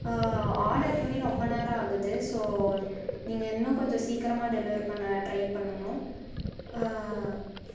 order பண்ணி ரொம்ப நேரம் ஆகுது ஸோ நீங்கள் இன்னும் கொஞ்சம் சீக்கரமாக டெலிவர் பண்ண ட்ரை பண்ணணும்